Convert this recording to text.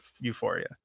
euphoria